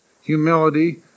humility